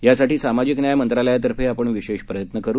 यासाठी सामाजिक न्याय मंत्रालयातर्फे आपण विशेष प्रयत्न करू